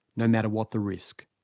no matter what the risk.